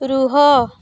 ରୁହ